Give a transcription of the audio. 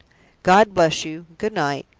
god bless you good-night!